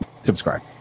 subscribe